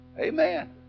Amen